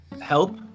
help